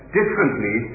differently